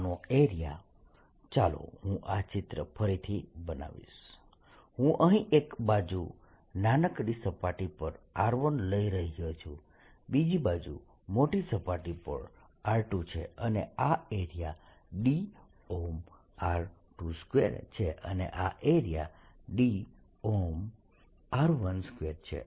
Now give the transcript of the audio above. આનો એરિયા ચાલો હું આ ચિત્ર ફરીથી બનાવીશ હું અહીં એક બાજુ નાનકડી સપાટી પર r1 લઈ રહ્યો છું બીજી બાજુ મોટી સપાટી પર r2 છે અને આ એરિયા d r22 છે અને આ એરિયા d r12 છે